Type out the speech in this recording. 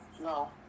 no